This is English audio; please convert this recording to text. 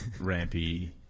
Rampy